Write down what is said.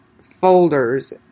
folders